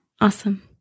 Awesome